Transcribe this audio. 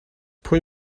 pwy